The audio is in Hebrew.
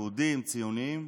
יהודים, ציונים,